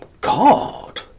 God